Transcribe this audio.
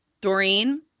Doreen